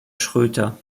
schroedter